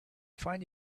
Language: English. find